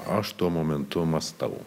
aš tuo momentu mąstau